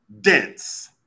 dense